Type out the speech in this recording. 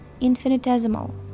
infinitesimal